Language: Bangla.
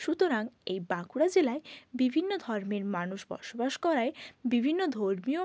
সুতরাং এই বাঁকুড়া জেলায় বিভিন্ন ধর্মের মানুষ বসবাস করায় বিভিন্ন ধর্মীয়